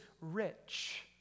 rich